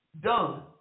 Done